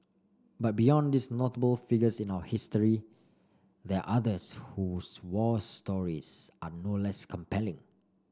but beyond these notable figures in our history there others whose war stories are no less compelling